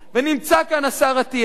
ונמצא כאן השר אטיאס,